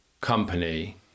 company